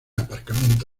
aparcamiento